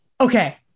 okay